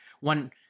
one